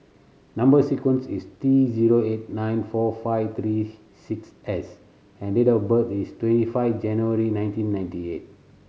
number sequence is T zero eight nine four five three six S and date of birth is twenty five January nineteen ninety eight